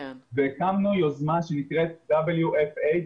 והקמנו יוזמה שנקראת WFH,